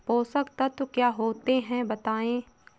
पोषक तत्व क्या होते हैं बताएँ?